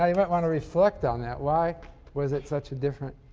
ah you might want to reflect on that. why was it such a different